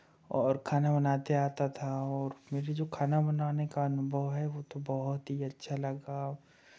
और खाना बनाते आता था और मेरे जो खाना बनाने का अनुभव है वो तो बहुत ही अच्छा लगा